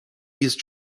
east